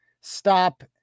stop